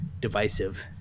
divisive